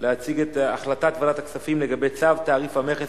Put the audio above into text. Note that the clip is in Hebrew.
להציג את החלטת ועדת הכספים לגבי צו תעריף המכס